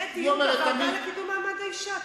יהיה דיון בוועדה לקידום מעמד האשה.